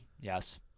Yes